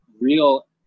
real